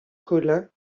colin